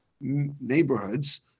neighborhoods